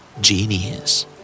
Genius